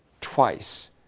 twice